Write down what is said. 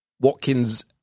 Watkins